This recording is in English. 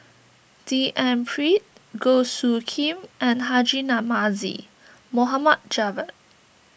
D N Pritt Goh Soo Khim and Haji Namazie Mohd Javad